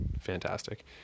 fantastic